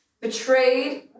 betrayed